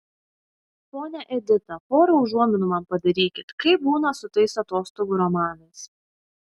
ponia edita pora užuominų man padarykit kaip būna su tais atostogų romanais